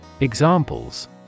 Examples